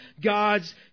God's